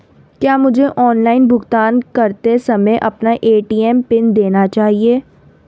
क्या मुझे ऑनलाइन भुगतान करते समय अपना ए.टी.एम पिन देना चाहिए?